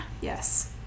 Yes